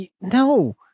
No